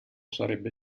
sarebbe